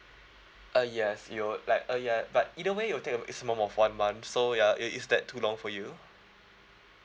ah yes it will like a yeah but either way it will talk about a maximum of one month so yeah uh is that too long for you